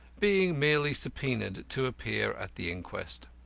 being merely subpoenaed to appear at the inquest.